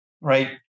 right